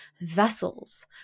vessels